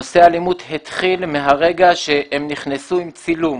נושא האלימות התחיל מהרגע שהם נכנסו עם צילום.